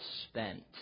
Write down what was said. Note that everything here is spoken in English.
spent